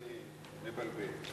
זה מבלבל.